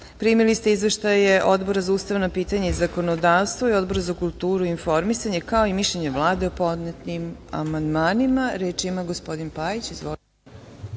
Pajić. Primili ste izveštaje Odbora za ustavna pitanja i zakonodavstvo i Odbora za kulturu i informisanje, kao i mišljenje Vlade o podnetim amandmanima. Reč ima gospodin Pajić. Izvolite.